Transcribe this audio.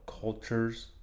cultures